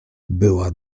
była